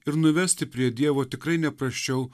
ir nuvesti prie dievo tikrai ne prasčiau